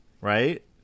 right